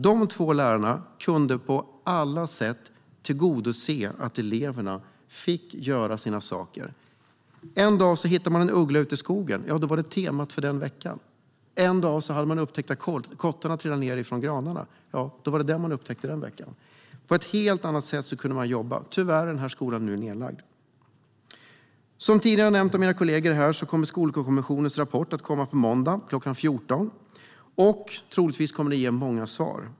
De två lärarna kunde på alla sätt tillgodose att eleverna fick göra sina saker. En dag hittade man en uggla i skogen. Då var det temat för den veckan. En dag hade man upptäckt att kottarna trillade ned från granarna. Ja, då var det detta man upptäckte den veckan. Man kunde jobba på ett helt annat sätt. Men tyvärr är den skolan nu nedlagd. Som tidigare har nämnts av mina kollegor kommer Skolkommissionens rapport på måndag kl. 14. Troligtvis kommer den att ge många svar.